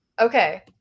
okay